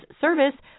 service